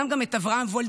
ישנם גם את אברהם וולדיגר,